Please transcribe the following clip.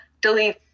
delete